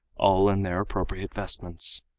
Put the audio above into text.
all in their appropriate vestments.